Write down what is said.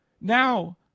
Now